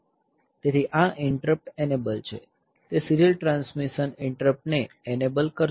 તે serial transmission ઇન્ટરપ્ટને enable કરશે